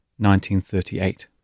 1938